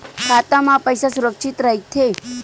खाता मा पईसा सुरक्षित राइथे?